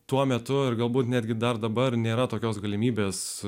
tuo metu ir galbūt netgi dar dabar nėra tokios galimybės